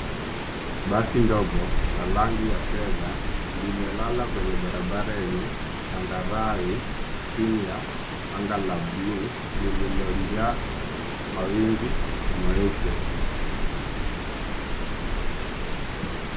Basi ndogo la rangi ya fedha limelala kwenye barabara yenye changarawe chini ya anga la bluu lililo jaa mawingu meupe.